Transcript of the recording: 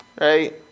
right